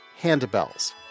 handbells